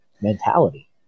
mentality